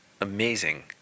amazing